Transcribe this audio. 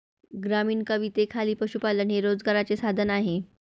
ग्रामीण कवितेखाली पशुपालन हे रोजगाराचे साधन आहे